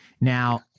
Now